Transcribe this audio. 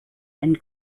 and